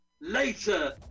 later